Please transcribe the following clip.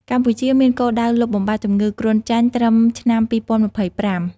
កម្ពុជាមានគោលដៅលុបបំបាត់ជំងឺគ្រុនចាញ់ត្រឹមឆ្នាំ ២០២៥។